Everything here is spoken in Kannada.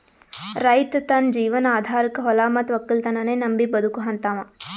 ರೈತ್ ತನ್ನ ಜೀವನ್ ಆಧಾರಕಾ ಹೊಲಾ ಮತ್ತ್ ವಕ್ಕಲತನನ್ನೇ ನಂಬಿ ಬದುಕಹಂತಾವ